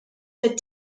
fid